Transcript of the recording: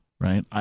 right